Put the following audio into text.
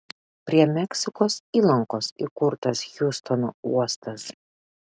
prie meksikos įlankos įkurtas hjustono uostas